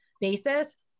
basis